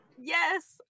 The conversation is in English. yes